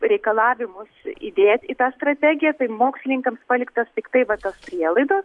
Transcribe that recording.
reikalavimus įdėt į tą strategiją tai mokslininkams paliktos tiktai va tos prielaidos